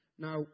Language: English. Now